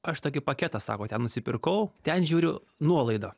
aš tokį paketą sako ten nusipirkau ten žiūriu nuolaida